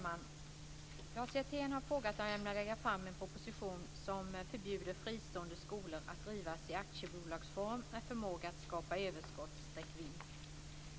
Herr talman! Lars Hjertén har frågat om jag ämnar lägga fram en proposition som förbjuder fristående skolor att drivas i aktiebolagsform med förmåga att skapa överskott och vinst.